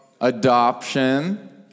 Adoption